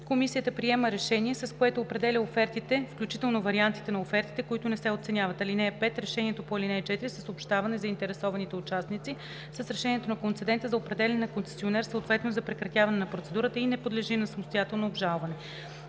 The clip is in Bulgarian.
Комисията приема решение, с което определя офертите, включително вариантите на офертите, които не се оценяват. (5) Решението по ал. 4 се съобщава на заинтересованите участници с решението на концедента за определяне на концесионер, съответно за прекратяване на процедурата, и не подлежи на самостоятелно обжалване.“